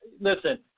Listen